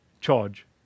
charge